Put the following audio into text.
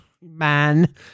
man